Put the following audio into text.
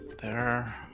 there.